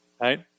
right